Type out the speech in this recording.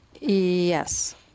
Yes